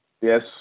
Yes